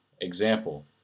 example